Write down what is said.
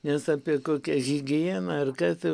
nes apie kokią higieną ar ką tai